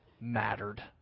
mattered